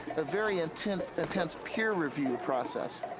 a very intense intense peer review process.